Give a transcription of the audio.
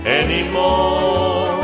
anymore